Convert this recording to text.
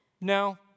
no